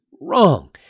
wrong